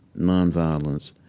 nonviolence,